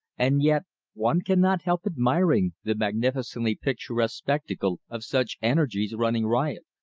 and yet one cannot help admiring the magnificently picturesque spectacle of such energies running riot.